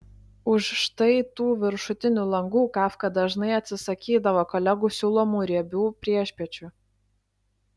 už štai tų viršutinių langų kafka dažnai atsisakydavo kolegų siūlomų riebių priešpiečių